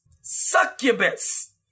succubus